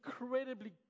incredibly